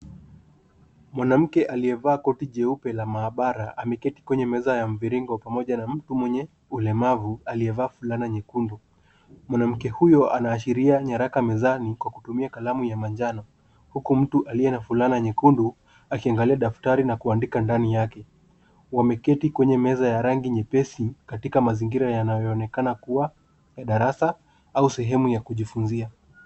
Mwanamke aliyevaa koti jeupe la maabara ameketi kwenye meza ya mviringo pamoja na mtu mwenye ulemavu aliyevaa fulana nyekundu. Mwanamke huyo anaashiria nyaraka mezani kwa kutumia kalamu ya manjano huku mtu aliye na fulana nyekundu akiangalia daftari na kuandika ndani yake. Wameketi kwenye meza ya rangi nyepesi katika mazingira yanayoonekana kuwa darasa au sehemu ya kujifunzia.